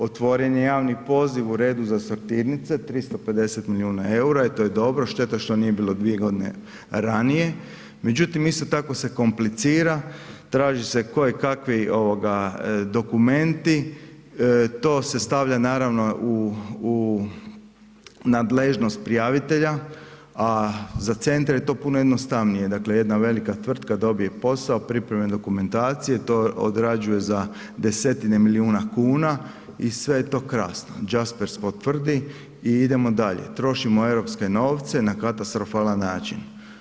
Otvoren je javi poziv u redu za sortirnice, 350 milijuna eura i to je dobro, šteta što nije bilo 2 g. ranije međutim isto tako se komplicira, traže se kojekakvi dokumenti, to se stavlja naravno u nadležnost prijavitelja a za centre je to puno jednostavnije, dakle jedna velika tvrtka dobije posao, pripreme dokumentacije, to odrađuje za desetine milijuna kuna i sve je to krasno, Jaspers potvrdi i idemo dalje, trošimo europske novce na katastrofalan način.